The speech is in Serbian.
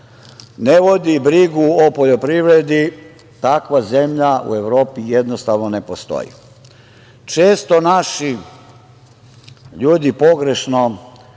ne vodi brigu o poljoprivredi, takva zemlja u Evropi jednostavno ne postoji. Često naši ljudi pogrešno